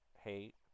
hate